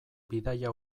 bidaia